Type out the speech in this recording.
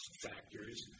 factors